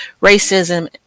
racism